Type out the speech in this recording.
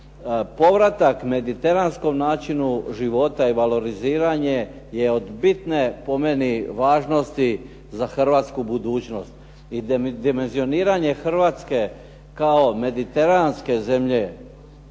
Povratak mediteranskom načinu života i valoriziranje je od bitne, po meni, važnosti za hrvatsku budućnost i dimenzioniranje Hrvatske kao mediteranske zemlje